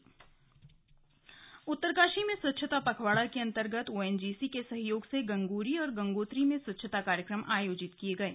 slug स्वच्छता पखवाड़ा उत्तरकाशी में स्वच्छता पखवाड़ा के अन्तर्गत ओएनजीसी के सहयोग से गंगोरी और गंगोत्री में स्वच्छता कार्यक्रम आयोजित किए गये